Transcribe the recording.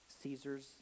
Caesar's